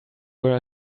were